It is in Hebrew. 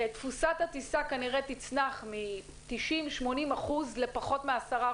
תפוסת הטיסה תצנח מ-80%,90% לפחות מ-10%.